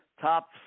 top